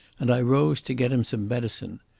and i rose to get him some medicine.